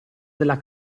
della